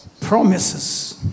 promises